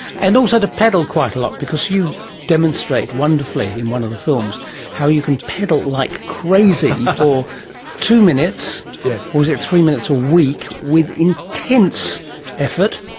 and also to pedal quite a lot, because you demonstrate wonderfully in one of the films how you can pedal like crazy for two minutes yeah or is it three minutes a week with intense effort,